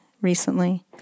recently